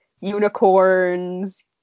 unicorns